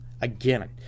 Again